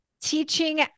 teaching